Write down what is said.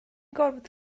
gorfod